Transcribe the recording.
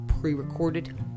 pre-recorded